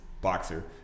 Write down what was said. boxer